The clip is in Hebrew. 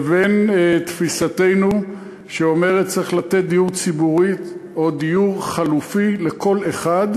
לבין תפיסתנו שאומרת שצריך לתת דיור ציבורי או דיור חלופי לכל אחד,